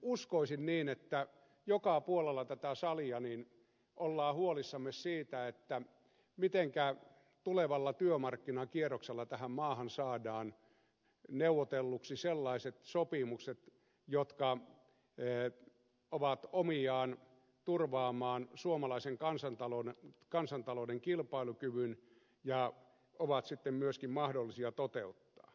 uskoisin niin että joka puolella tätä salia olemme huolissamme siitä mitenkä tulevalla työmarkkinakierroksella tähän maahan saadaan neuvotelluksi sellaiset sopimukset jotka ovat omiaan turvaamaan suomalaisen kansantalouden kilpailukyvyn ja jotka ovat sitten myöskin mahdollisia toteuttaa